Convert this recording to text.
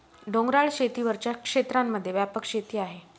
डोंगराळ शेती वरच्या क्षेत्रांमध्ये व्यापक शेती आहे